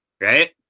right